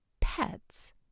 pets